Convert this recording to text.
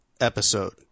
episode